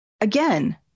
again